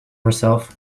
herself